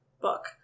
book